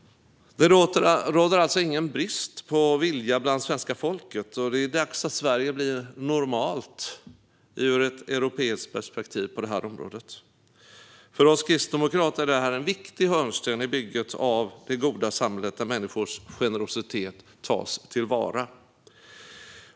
Det råder alltså ingen brist på vilja bland svenska folket. Det är dags att Sverige blir normalt i ett europeiskt perspektiv på det här området. För oss kristdemokrater är detta en viktig hörnsten i bygget av det goda samhället, där människors generositet tas till vara.